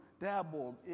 dabbled